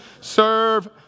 serve